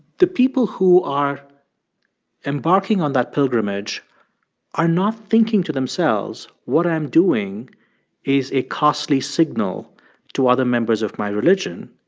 the people who are embarking on that pilgrimage are not thinking to themselves, what i'm doing is a costly signal to other members of my religion.